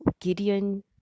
gideon